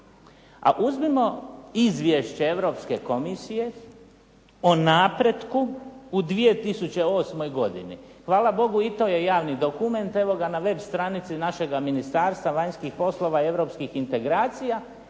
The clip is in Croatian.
A uzmimo izvješće Europske komisije o napretku u 2008. godini. Hvala Bogu i to je javni dokument, evo ga na web stranici našega Ministarstva vanjskih poslova i europskih integracija